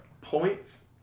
points